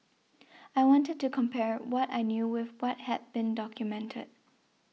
I wanted to compare what I knew with what had been documented